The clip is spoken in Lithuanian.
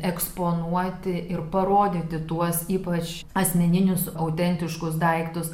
eksponuoti ir parodyti tuos ypač asmeninius autentiškus daiktus